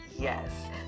Yes